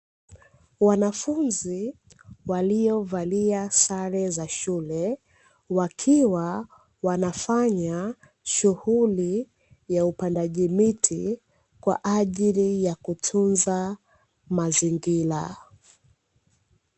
Wanafunzi waliyovalia sare za shule, wakiwa wanafanya shughuli ya upandaji miti, kwa ajili ya kutunza mazingira.